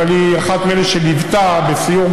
אבל היא אחת מאלה שליוותה בסיור,